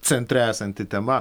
centre esanti tema